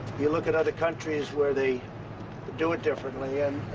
you look at other countries where they do it differently, and